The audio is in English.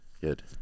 Good